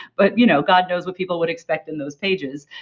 but you know god knows what people would expect in those pages.